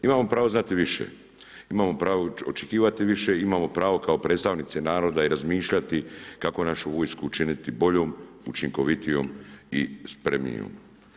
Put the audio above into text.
Imamo pravo znati više, imate pravo očekivati više, imamo pravo kao predstavnici naroda i razmišljati kako našu vojsku učiniti boljom, učinkovitijom i spremnijom.